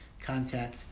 contact